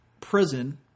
prison